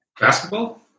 Basketball